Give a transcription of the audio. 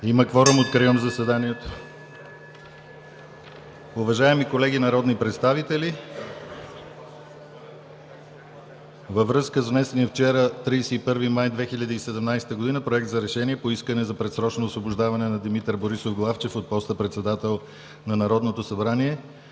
(Звъни.) Откривам заседанието. Уважаеми колеги народни представители, във връзка с внесения вчера, 31 май 2017 г., Проект за решение по искане за предсрочно освобождаване на Димитър Борисов Главчев от поста председател на Народното събрание